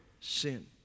sin